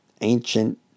ancient